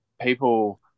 people